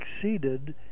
succeeded